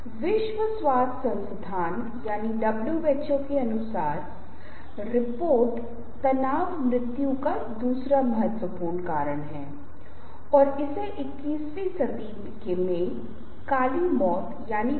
अब आपको दिलचस्प रूप से शरीर और उसकी भाषाओं का ध्यान में रखना होगा कुछ ऐसा जो आपके लिए हर समय उपलब्ध है जब तक कि आप एक टेलिफोनिक प्रस्तुति नहीं कर रहे हैं जिसमें आवाज के माध्यम से संवाद कर रहे हैं